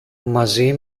μαζί